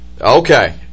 okay